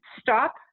stop